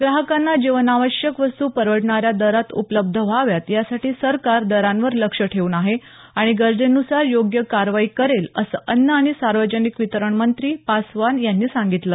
ग्राहकांना जीवनावश्यक वस्तू परवडणाऱ्या दरात उपलब्ध व्हाव्यात यासाठी सरकार दरांवर लक्ष ठेवून आहे आणि गरजेनुसार योग्य कारवाई करेल असं अन्न आणि सार्वजनिक वितरण मंत्री पासवान यांनी सांगितलं